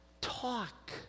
talk